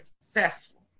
successful